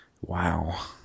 Wow